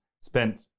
spent